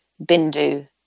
Bindu